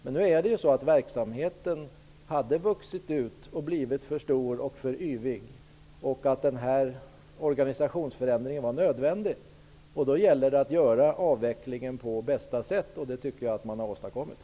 Men nu hade verksamheten vuxit ut, så att den hade blivit för stor och yvig. Därför var organisationsförändringen nödvändig. Då gällde det att åstadkomma avvecklingen på bästa sätt, vilket jag tycker att man har gjort.